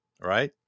right